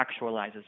actualizes